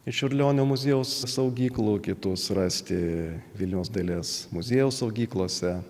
ir čiurlionio muziejaus saugyklų kitus rasti vilniaus dailės muziejaus saugyklose